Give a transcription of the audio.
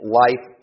life